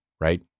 right